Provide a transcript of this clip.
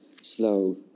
slow